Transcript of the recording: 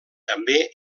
també